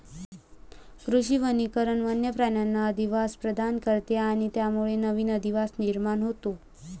कृषी वनीकरण वन्य प्राण्यांना अधिवास प्रदान करते आणि त्यामुळे नवीन अधिवास निर्माण होतो